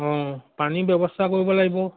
অঁ পানীৰ ব্যৱস্থা কৰিব লাগিব